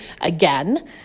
again